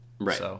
Right